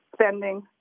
spending